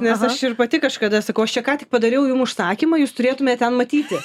nes aš ir pati kažkada sakau aš čia ką tik padariau jum užsakymą jūs turėtumėt ten matyti